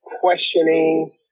questioning